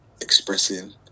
expressing